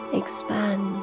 expand